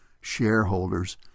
shareholders